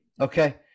Okay